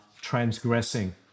transgressing